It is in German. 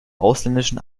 ausländischen